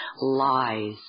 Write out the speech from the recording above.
lies